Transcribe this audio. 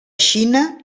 xina